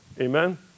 Amen